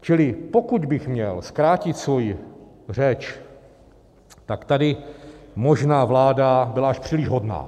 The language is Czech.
Čili pokud bych měl zkrátit svoji řeč, tak tady možná vláda byla až příliš hodná.